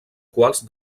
quals